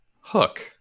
hook